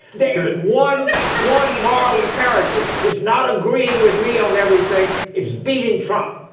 there goes one one moral imperative is not agreeing with me on everything. it's beating trump.